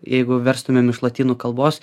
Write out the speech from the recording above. jeigu verstumėm iš lotynų kalbos